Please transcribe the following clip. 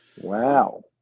Wow